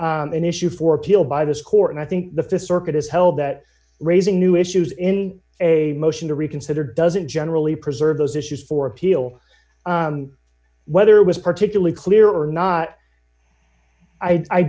an issue for appeal by this court and i think the th circuit has held that raising new issues in a motion to reconsider doesn't generally preserve those issues for appeal whether was particularly clear or not i